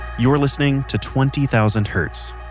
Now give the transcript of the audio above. you're listening to twenty thousand hertz.